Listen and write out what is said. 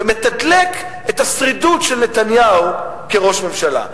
ומתדלק את השרידות של נתניהו כראש ממשלה.